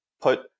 put